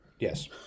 Yes